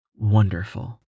wonderful